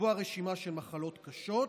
לקבוע רשימה של מחלות קשות,